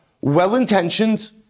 Well-intentioned